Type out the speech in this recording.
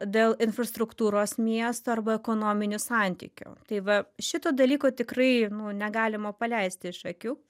dėl infrastruktūros miesto arba ekonominių santykių tai va šito dalyko tikrai nu negalima paleisti iš akių